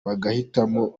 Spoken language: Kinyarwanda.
bagahitamo